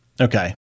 Okay